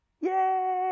Yay